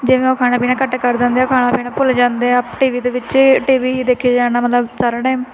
ਜਿਵੇਂ ਉਹ ਖਾਣਾ ਪੀਣਾ ਘੱਟ ਕਰ ਦਿੰਦੇ ਖਾਣਾ ਪੀਣਾ ਭੁੱਲ ਜਾਂਦੇ ਆ ਟੀਵੀ ਦੇ ਵਿੱਚ ਟੀਵੀ ਦੇਖੇ ਜਾਣਾ ਮਤਲਬ ਸਾਰਾ ਟਾਈਮ